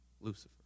Lucifer